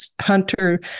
Hunter